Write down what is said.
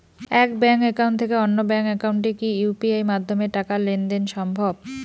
এক bank account থেকে অন্য ব্যাংক একাউন্টে কি ইউ.পি.আই মাধ্যমে টাকার লেনদেন দেন সম্ভব?